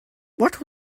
what